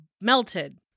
melted